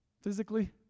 physically